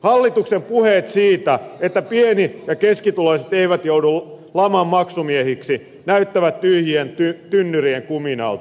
hallituksen puheet siitä että pieni ja keskituloiset eivät joudu laman maksumiehiksi näyttävät tyhjien tynnyrien kuminalta